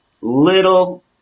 little